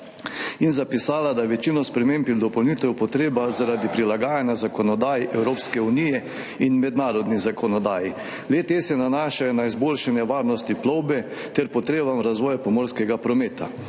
in zapisala, da je večina sprememb in dopolnitev potrebna zaradi prilagajanja zakonodaji Evropske unije in mednarodni zakonodaji. Le-te se nanašajo na izboljšanje varnosti plovbe ter potrebe razvoja pomorskega prometa.